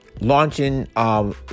launching